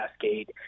cascade